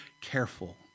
careful